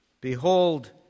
Behold